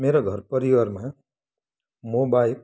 मेरो घर परिवारमा म बाहेक